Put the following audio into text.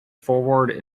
forward